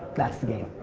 that's the game.